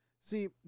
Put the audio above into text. see